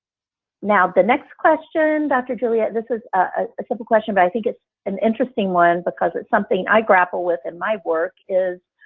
now the next question, dr. juliette, this is a simple question but i think it's an interesting one because it's something i grapple with in my work.